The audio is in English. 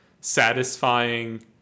satisfying